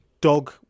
Dog